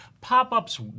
pop-ups